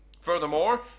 Furthermore